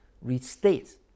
restate